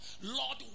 Lord